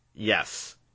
Yes